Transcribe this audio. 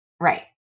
Right